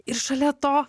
ir šalia to